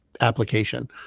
application